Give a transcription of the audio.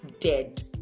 dead